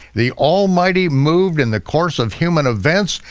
the almighty moved in the course of human events.